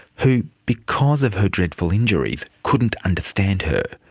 who, because of her dreadful injuries, couldn't understand her.